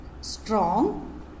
strong